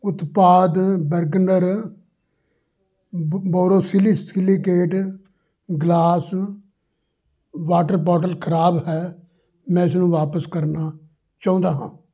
ਉਤਪਾਦ ਬੈਰਗਨਰ ਬ borosilicate glass water bottle ਖਰਾਬ ਹੈ ਮੈਂ ਇਸਨੂੰ ਵਾਪਸ ਕਰਨਾ ਚਾਹੁੰਦਾ ਹਾਂ